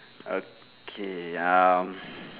okay um